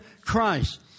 Christ